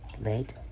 Late